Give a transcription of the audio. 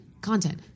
content